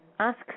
Ask